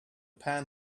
pan